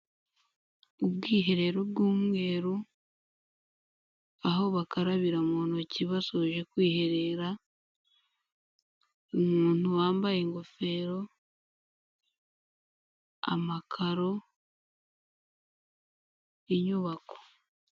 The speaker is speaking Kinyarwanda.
Ubwiherero bw'umweru, aho bakarabira mu ntoki basoje kwiherera, umuntu wambaye ingofero, amakaro, inyubako.